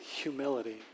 Humility